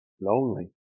lonely